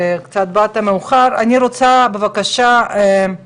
הגעת קצת באיחור ואני רוצה בבקשה לשמוע